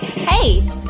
Hey